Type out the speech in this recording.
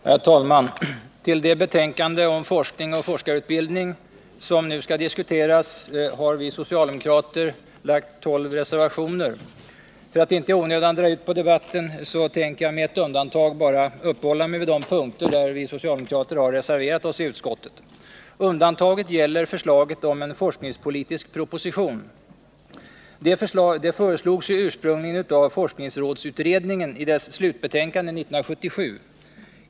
Herr talman! Till det betänkande om forskning och forskarutbildning som nu skall diskuteras har vi socialdemokrater fogat 12 reservationer. För att inte i onödan dra ut på debatten tänker jag — med ett undantag bara — uppehålla mig vid de punkter där vi socialdemokrater har reserverat oss i utskottet. Undantaget gäller förslaget om en forskningspolitisk proposition. Detta föreslogs ursprungligen av forskningsrådsutredningen i dess slutbetänkande 1977.